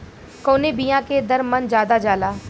कवने बिया के दर मन ज्यादा जाला?